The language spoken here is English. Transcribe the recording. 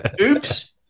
oops